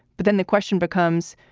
but then the question becomes,